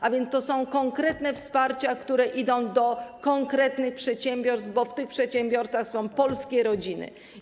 A więc to są konkretne wsparcia, które idą do konkretnych przedsiębiorstw, bo w tych przedsiębiorstwach są polskie rodziny.